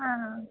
ಹಾಂ ಹಾಂ